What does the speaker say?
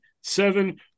seven